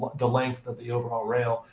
the length of the overall rail.